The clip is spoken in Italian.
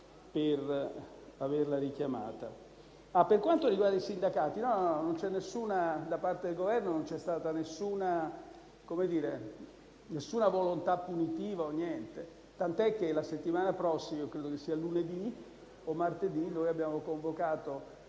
Per quanto riguarda i sindacati, da parte del Governo non c'è stata alcuna volontà punitiva, tant'è che la settimana prossima - credo lunedì o martedì - abbiamo convocato